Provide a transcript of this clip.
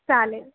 चालेल